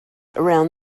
around